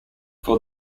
for